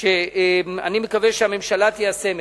שאני מקווה שהממשלה תיישם.